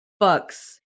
books